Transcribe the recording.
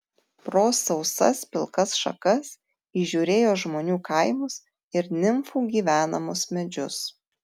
pro sausas pilkas šakas įžiūrėjo žmonių kaimus ir nimfų gyvenamus medžius